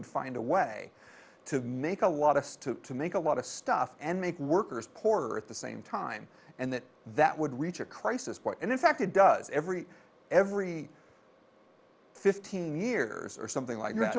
would find a way to make a lot of to make a lot of stuff and make workers poorer at the same time and that that would reach a crisis point and in fact it does every every fifteen years or something like